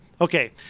Okay